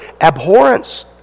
abhorrence